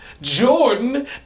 Jordan